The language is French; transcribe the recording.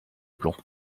plan